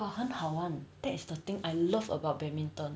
but 很好玩 that's the thing I love about badminton